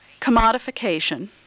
commodification